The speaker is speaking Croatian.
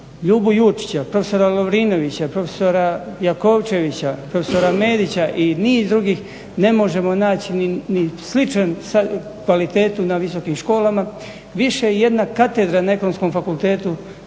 Ljubo Jurčić, profesora Lovrinovića, profesora Jakovčevića, profesora Medića i niz drugih ne možemo naći ni sličan kvalitetu na visokim školama. Više je jedna katedra na ekonomskom fakultetu